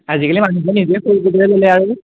আজিকালি মানুহবোৰ নিজেই কৰিব ল'লে আৰু